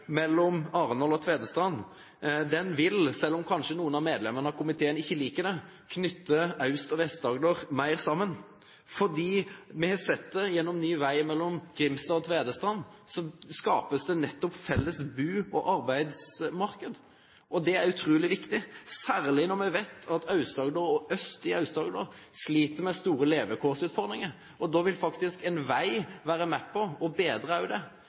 mellom Arendal og Tvedestrand vil, selv om noen av medlemmene i komiteen ikke liker det, knytte Aust-Agder og Vest-Agder mer sammen. Vi har sett det gjennom ny vei mellom Grimstad og Tvedestrand at det skapes felles bo- og arbeidsmarked. Det er utrolig viktig, særlig når vi vet at man øst i Aust-Agder sliter med store levekårsutfordringer. En vei vil faktisk være med på å bedre dette, fordi det